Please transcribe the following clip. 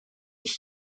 ich